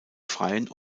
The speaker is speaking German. freien